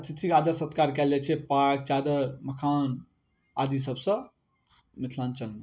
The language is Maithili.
अतिथिके आदर सत्कार कयल जाइ छै पाग चादर मखान आदि सबसँ मिथिलाञ्चलमे